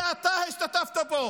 שאתה השתתפת בו